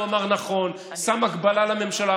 הוא אמר: נכון, ושם הגבלה לממשלה.